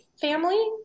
family